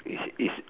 it's it's